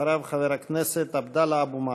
אחריו, חבר הכנסת עבדאללה אבו מערוף.